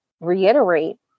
reiterate